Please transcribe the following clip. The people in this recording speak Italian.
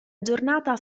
giornata